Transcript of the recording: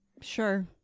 sure